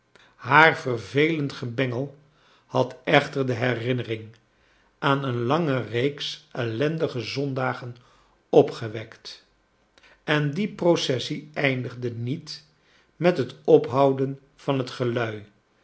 haar vervelend gebengel had echter de herinnering aan een lauge reeks ellendige zondagen opgewekt en die processie eindigde niet met het ophouden van het gelui